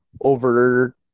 over